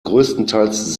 größtenteils